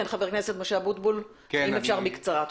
חבר הכנסת משה אבוטבול, אם אפשר בקצרה.